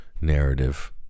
narrative